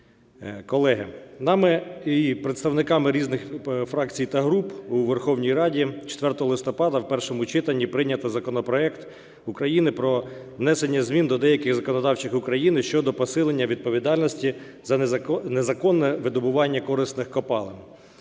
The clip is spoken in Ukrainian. Колеги, нами і представниками різних фракцій та груп у Верховній Раді 4 листопада в першому читанні прийнято законопроект України про внесення змін до деяких законодавчих актів України щодо посилення відповідальності за незаконне видобування корисних копалин.